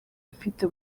ifite